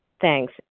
Thanks